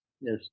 Yes